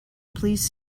please